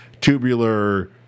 tubular